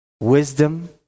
Wisdom